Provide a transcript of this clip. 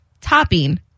topping